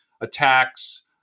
attacks